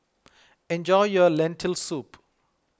enjoy your Lentil Soup